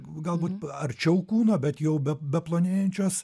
galbūt arčiau kūno bet jau be be plonėjančios